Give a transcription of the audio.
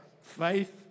faith